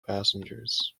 passengers